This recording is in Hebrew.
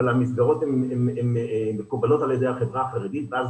אבל המסגרות מקובלות על ידי החברה החרדית ואז